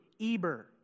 Eber